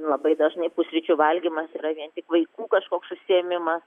labai dažnai pusryčių valgymas yra vien tik vaikų kažkoks užsiėmimas